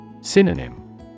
Synonym